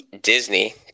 Disney